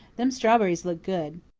them strawberries look good.